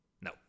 No